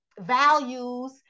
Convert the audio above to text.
values